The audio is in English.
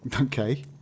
Okay